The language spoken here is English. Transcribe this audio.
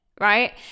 right